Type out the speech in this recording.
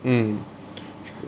mm